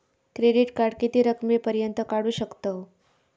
Credit card किती रकमेपर्यंत काढू शकतव?